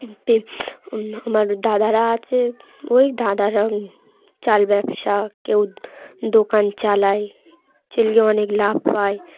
আমার দাদারা আছে ওই দাদারা চাল ব্যবসা কেউ দোকান চালায় চালিয়ে অনেক লাভ পায়